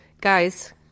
guys